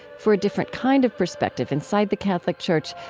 for a different kind of perspective inside the catholic church,